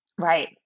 Right